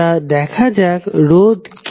তো দেখা যাক রোধ কি